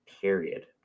period